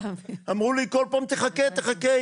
אמרו לי כל פעם "תחכה, תחכה.